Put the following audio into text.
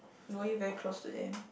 were you very close to them